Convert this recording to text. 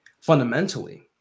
fundamentally